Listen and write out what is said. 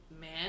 man